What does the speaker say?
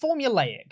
formulaic